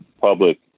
public